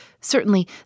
certainly